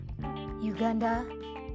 Uganda